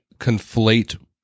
conflate